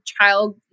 child